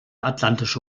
atlantische